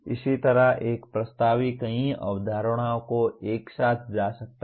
इसी तरह एक प्रस्ताव कई अवधारणाओं को एक साथ रखा जा सकता है